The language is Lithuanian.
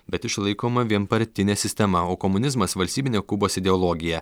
bet išlaikoma vienpartinė sistema o komunizmas valstybinė kubos ideologija